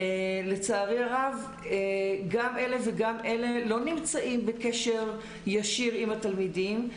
לצערי הרב גם אלה וגם אלה לא נמצאים בקשר ישיר עם התלמידים.